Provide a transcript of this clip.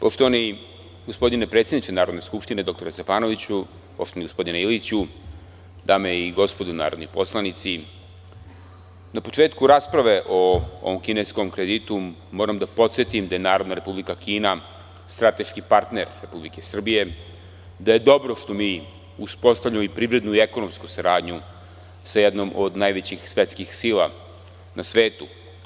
Poštovani gospodine predsedniče Narodne skupštine doktore Stefanoviću, poštovani gospodine Iliću, dame i gospodo narodni poslanici, na početku rasprave o ovom kineskom kreditu moram da podsetim da je Narodna Republika Kina strateški partner Republike Srbije, da je dobro što mi uspotavljamo i privrednu i ekonomsku saradnju sa jednom od najvećih svetskih sila na svetu.